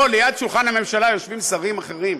פה, ליד שולחן הממשלה, יושבים שרים אחרים.